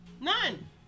None